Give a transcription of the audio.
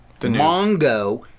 Mongo